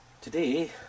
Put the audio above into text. Today